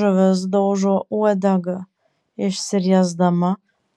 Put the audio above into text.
žuvis daužo uodega išsiriesdama